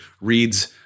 reads